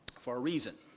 for a reason.